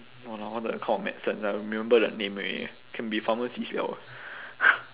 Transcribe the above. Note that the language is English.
!walao! all the kind of medicine I remember their name already can be pharmacist [liao]